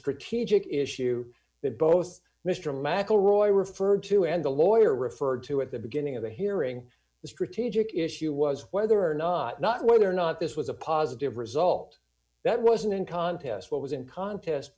strategic issue that both mr mcelroy referred to and the lawyer referred to at the beginning of the hearing the strategic issue was whether or not not whether or not this was a positive result that wasn't in contest what was in contest